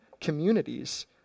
communities